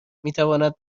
میتواند